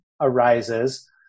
arises